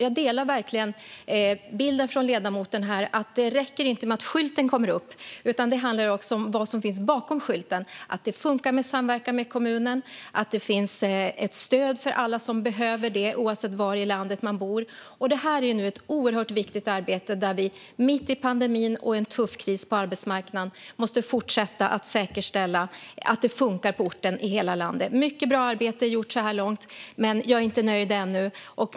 Jag delar verkligen bilden från ledamoten här om att det inte räcker att skylten kommer upp. Det handlar också om vad som finns bakom skylten, det vill säga att det funkar med samverkan med kommunen och att det finns ett stöd för alla som behöver det, oavsett var i landet man bor. Detta är ett oerhört viktigt arbete där vi mitt i pandemin och med en tuff kris på arbetsmarknaden måste fortsätta att säkerställa att det funkar på olika orter i hela landet. Mycket bra arbete är gjort så här långt. Men jag är ännu inte nöjd.